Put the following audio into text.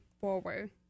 forward